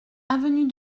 avenue